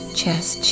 chest